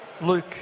Luke